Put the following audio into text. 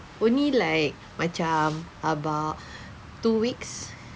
only like macam about two weeks